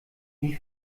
wie